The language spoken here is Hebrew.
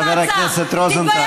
חבר הכנסת רוזנטל.